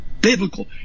biblical